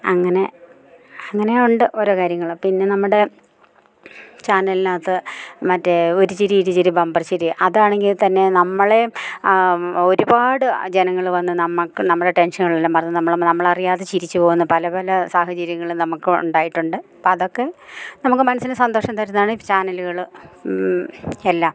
അങ്ങനെ അങ്ങനെ ഉണ്ട് ഓരോ കാര്യങ്ങള് പിന്നെ നമ്മുടെ ചാനലിനകത്ത് മറ്റേ ഒര് ചിരി ഇരുചിരി ബമ്പർ ചിരി അതാണെങ്കിൽ തന്നെ നമ്മളേ ഒരുപാട് ജനങ്ങള് വന്ന് നമുക്ക് നമ്മുടെ ടെൻഷനുകളെല്ലാം മറന്ന് നമ്മള് നമ്മളറിയാതെ ചിരിച്ച് പോകുന്ന പല പല സാഹചര്യങ്ങള് നമുക്ക് ഉണ്ടായിട്ടുണ്ട് അപ്പം അതൊക്കെ നമുക്ക് മനസ്സിന് സന്തോഷം തരുന്നതാണ് ചാനലുകൾ എല്ലാം